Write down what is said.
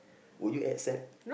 would you act sad